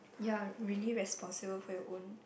ya really responsible for your own